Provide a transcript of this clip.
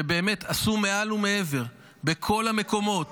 שבאמת עשו מעל ומעבר בכל המקומות,